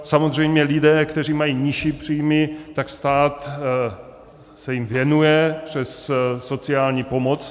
Samozřejmě lidem, kteří mají nižší příjmy, se stát věnuje přes sociální pomoc.